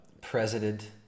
president